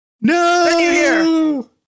No